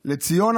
לציונה,